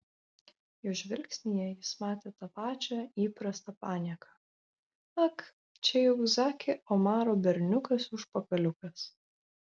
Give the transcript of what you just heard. jo žvilgsnyje jis matė tą pačią įprastą panieką ak čia juk zaki omaro berniukas užpakaliukas